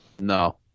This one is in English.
No